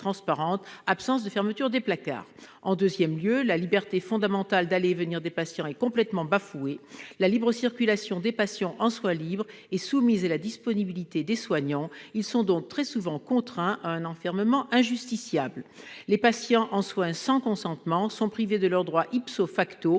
de fermeture des placards. Par ailleurs, la liberté fondamentale d'aller et venir des patients est bafouée. La libre circulation des patients en soins libres dépend de la disponibilité des soignants : ils sont donc très souvent soumis à un enfermement injustifiable. Les patients en soins sans consentement sont privés de leurs droits,